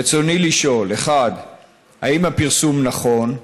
רצוני לשאול: 1. האם הפרסום נכון?